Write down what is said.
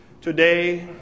today